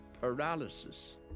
Paralysis